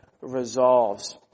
resolves